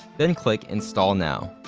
then click install now.